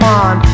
on